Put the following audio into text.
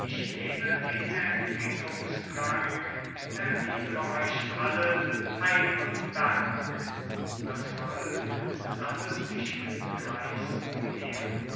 ich nehme den erquickungs trank erwiedr euch allen heil und dank das volk sammelt sich im kreis umher